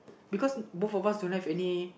because both of us don't have any